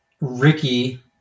Ricky